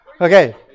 okay